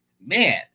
man